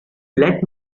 let